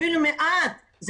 אפילו מעט,